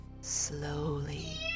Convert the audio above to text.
slowly